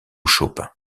chopin